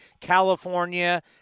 California